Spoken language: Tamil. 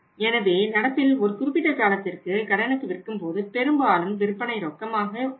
எனவே நடப்பில் ஒரு குறிப்பிட்ட காலத்திற்கு கடனுக்கு விற்கும்போது பெரும்பாலும் விற்பனை ரொக்கமாகவும் இருக்கும்